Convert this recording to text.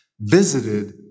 visited